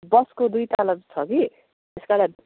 बसको दुई तला छ कि त्यसकारण